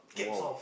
!wow!